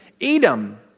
Edom